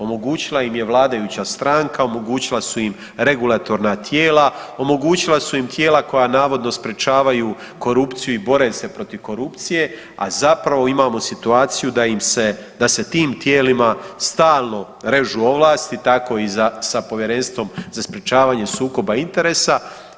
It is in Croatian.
Omogućila im je vladajuća stranka, omogućila su im regulatorna tijela, omogućila su im tijela koja navodno sprečavaju korupciju i bore se protiv korupcije, a zapravo imamo situaciju da se tim tijelima stalno režu ovlasti, tako i sa Povjerenstvom za sprečavanje sukoba interesa.